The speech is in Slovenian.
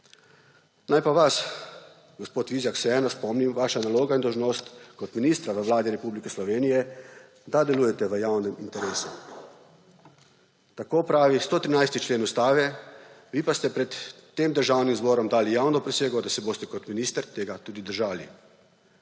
Naj pa vas, gospod Vizjak, vseeno spomnim, vaša naloga in dolžnost kot ministra v Vladi Republike Slovenije je, da delujete v javnem interesu. Tako pravi 113. člen Ustave, vi pa ste pred Državnim zborom dali javno prisego, da se boste kot minister tega tudi držali.